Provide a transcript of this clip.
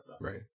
right